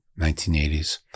1980s